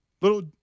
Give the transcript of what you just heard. little